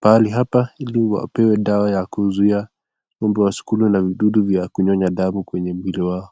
pahali hapa ili wapewe dawa ya kuzuiya ng'ombe wasikulwe na vidudu vya kunyonya damu kwa mwili wao.